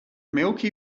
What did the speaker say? milky